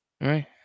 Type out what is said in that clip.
Right